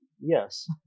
Yes